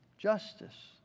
Justice